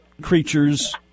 creatures